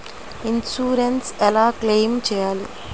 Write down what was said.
Insurance ఎలా claim చేయాలి?